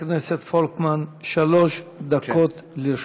חבר הכנסת פולקמן, שלוש דקות לרשותך.